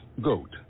GOAT